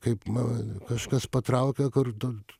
kaip nu kažkas patraukia kur tu t